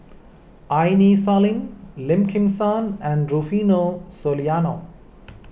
Aini Salim Lim Kim San and Rufino Soliano